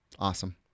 Awesome